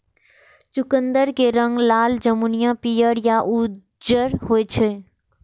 चुकंदर के रंग लाल, जामुनी, पीयर या उज्जर होइ छै